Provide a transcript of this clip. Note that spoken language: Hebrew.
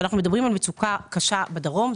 כשאנחנו מדברים על מצוקה קשה בדרום,